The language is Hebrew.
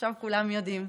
עכשיו כולם יודעים.